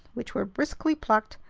which were briskly plucked,